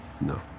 No